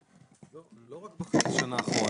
לא רק בחצי השנה האחרונה,